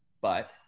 but-